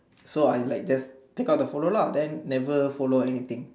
so I like just take out the follow lah then never follow anything